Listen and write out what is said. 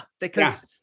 because-